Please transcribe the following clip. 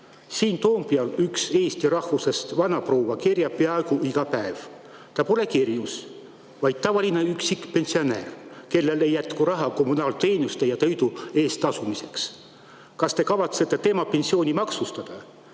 Siin Toompeal üks eesti rahvusest vanaproua kerjab peaaegu iga päev. Ta pole kerjus, vaid tavaline üksik pensionär, kellel ei jätku raha kommunaalteenuste ja toidu eest tasumiseks. Kas te kavatsete tema pensioni maksustada?